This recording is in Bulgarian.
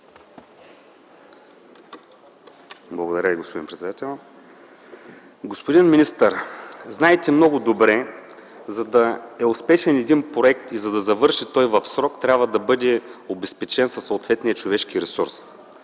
Благодаря Ви, господин председател. Господин министър, знаете много добре - за да е успешен един проект и за да завърши той в срок, трябва да бъде обезпечен със съответния човешки ресурс.